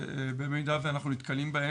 במידה ואנחנו נתקלים בהם,